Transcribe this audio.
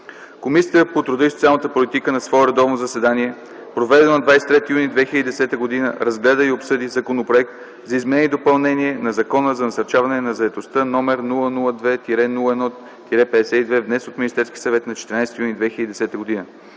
Комисията по труда и социалната политика на свое редовно заседание, проведено на 23 юни 2010 г., разгледа и обсъди Законопроект за изменение и допълнение на Закона за насърчаване на заетостта, № 002-01-52, внесен от Министерския съвет на 14 юни 2010 г.